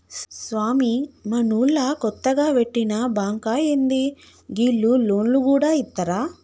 స్వామీ, మనూళ్ల కొత్తగ వెట్టిన బాంకా ఏంది, గీళ్లు లోన్లు గూడ ఇత్తరా